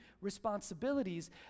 responsibilities